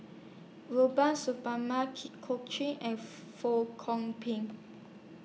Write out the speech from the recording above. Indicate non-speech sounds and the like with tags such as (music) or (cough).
Rubiah Suparman Jit Koon Ch'ng and Fong (unintelligible) Pik